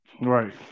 Right